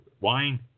wine